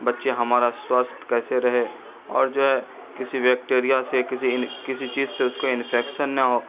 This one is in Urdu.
بچے ہمارا سواستھ کیسے رہے اور جو ہے کسی بیکٹیریا سے کسی ان کسی چیز سے اس کو انفیکشن نہ ہو